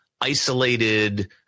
isolated